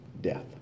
death